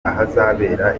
ahazabera